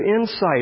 insight